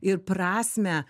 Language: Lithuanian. ir prasmę